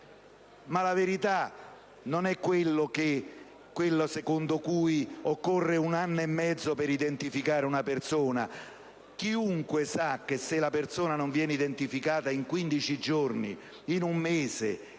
La verità non è quella secondo cui occorre un anno e mezzo per identificare una persona. Chiunque sa che se la persona non viene identificata in 15 giorni, in un mese, in tre mesi,